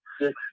six